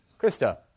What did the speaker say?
Krista